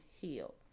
heal